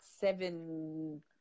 seven